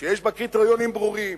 שיש בה קריטריונים ברורים